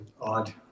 odd